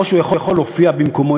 או שהוא יכול להופיע במקומו,